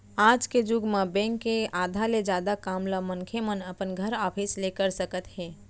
आज के जुग म बेंक के आधा ले जादा काम ल मनखे मन अपन घर, ऑफिस ले करत हे